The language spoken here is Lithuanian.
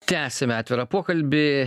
tęsime atvirą pokalbį